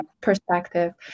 perspective